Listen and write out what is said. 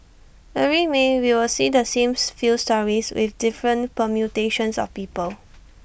every may we would see the same few stories with different permutations of people